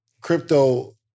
crypto